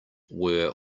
were